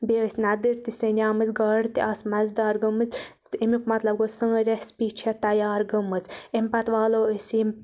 بیٚیہِ ٲسۍ نَدٕرۍ تہٕ سیٚنے مٕتۍ گاڈٕ تہٕ آسہٕ مَزٕدار گٔمٕتۍ امیُک مَطلَب گوٚو سٲنٛۍ ریسپی چھِ تَیار گٔمٕژ امہِ پَتہٕ والو أسۍ یِم